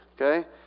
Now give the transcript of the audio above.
okay